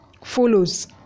follows